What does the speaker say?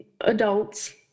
adults